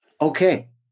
Okay